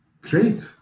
Great